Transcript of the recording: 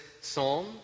psalm